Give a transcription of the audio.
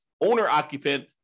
owner-occupant